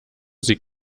sie